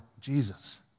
Jesus